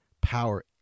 power